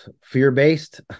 fear-based